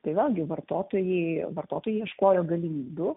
tai vėlgi vartotojai vartotojai ieškojo galimybių